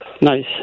Nice